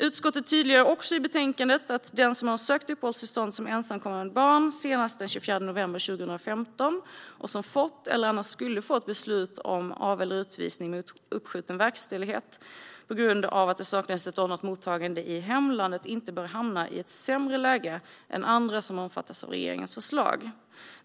Utskottet tydliggör också i betänkandet att den som har sökt uppehållstillstånd som ensamkommande barn senast den 24 november 2015 och som har fått, eller annars skulle få, ett beslut om av eller utvisning med uppskjuten verkställighet på grund av att det saknas ett ordnat mottagande i hemlandet inte bör hamna i ett sämre läge än andra som omfattas av regeringens förslag.